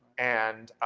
and,